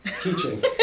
Teaching